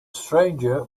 stranger